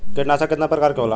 कीटनाशक केतना प्रकार के होला?